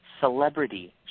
Celebrity